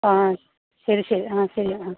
ആ ശരി ശരി ആ ശരി ആ